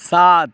सात